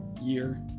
year